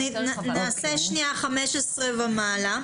נעשה שנייה 15 ומעלה.